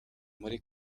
muri